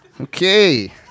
Okay